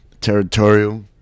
territorial